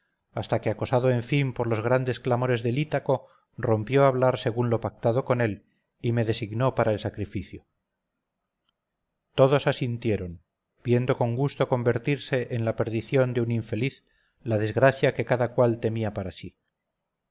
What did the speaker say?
hasta que acosado en fin por los grandes clamores del ítaco rompió a hablar según lo pactado con él y me designó para el sacrificio todos asintieron viendo con gusto convertirse en la perdición de un infeliz la desgracia que cada cual temía para sí